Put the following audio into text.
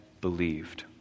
believed